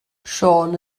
siôn